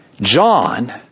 John